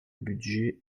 budget